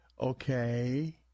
Okay